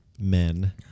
Men